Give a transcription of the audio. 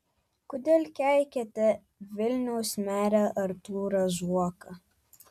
kodėl keikiate vilniaus merą artūrą zuoką